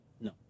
No